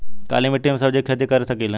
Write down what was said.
काली मिट्टी में सब्जी के खेती कर सकिले?